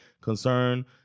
concern